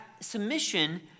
submission